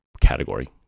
category